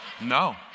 No